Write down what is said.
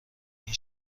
این